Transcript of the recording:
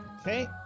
Okay